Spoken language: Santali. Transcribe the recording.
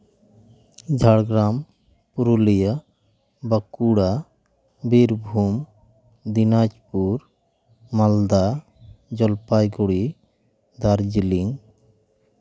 ᱡᱷᱟᱲᱜᱨᱟᱢ ᱯᱩᱨᱩᱞᱤᱭᱟᱹ ᱵᱟᱸᱠᱩᱲᱟ ᱵᱤᱨᱵᱷᱩᱢ ᱫᱤᱱᱟᱡᱽᱯᱩᱨ ᱢᱟᱞᱫᱟ ᱡᱚᱞᱯᱟᱭᱜᱩᱲᱤ ᱫᱟᱨᱡᱤᱞᱤᱝ